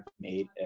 made